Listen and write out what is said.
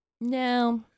No